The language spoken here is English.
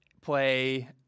play